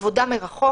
ועבודה מרחוק.